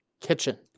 kitchen